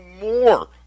more